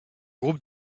groupe